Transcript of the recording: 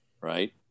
Right